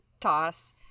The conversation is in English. toss